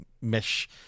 mesh